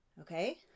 Okay